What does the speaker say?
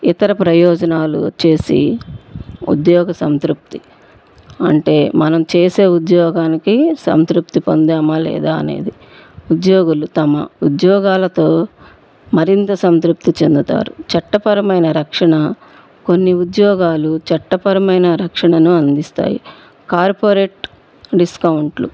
ఇతర ప్రయోజనాలు వచ్చేసి ఉద్యోగ సంతృప్తి అంటే మనం చేసే ఉద్యోగానికి సంతృప్తి పొందామా లేదా అనేది ఉద్యోగులు తమ ఉద్యోగాలతో మరింత సంతృప్తి చెందుతారు చట్టపరమైన రక్షణ కొన్ని ఉద్యోగాలు చట్టపరమైన రక్షణను అందిస్తాయి కార్పొరేట్ డిస్కౌంట్లు